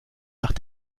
nach